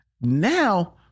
Now